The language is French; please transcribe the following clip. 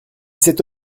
cette